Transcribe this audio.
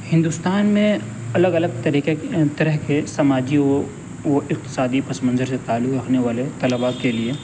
ہندوستان میں الگ الگ طریقے طرح کے سماجی و اقتصادی پس منظر سے تعلق رکھنے والے طلبا کے لیے